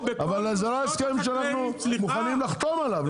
זה לא הסכם שאנחנו מוכנים לחתום עליו,